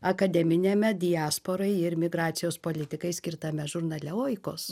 akademiniame diasporai ir migracijos politikai skirtame žurnale oikos